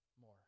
more